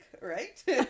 right